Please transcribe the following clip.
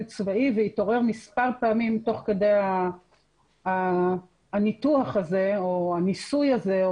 צבאי והוא התעורר מספר פעמים תוך כדי הניתוח הזה או הניסוי הזה,